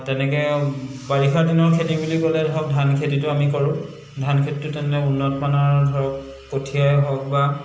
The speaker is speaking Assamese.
তেনেকে বাৰিষা দিনৰ খেতি বুলি ক'লে ধৰক ধান খেতিটো আমি কৰোঁ ধান খেতিটো তেনে উন্নত মানৰ ধৰক কঠিয়াই হওক বা